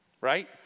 right